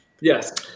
Yes